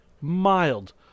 mild